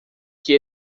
que